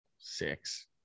Six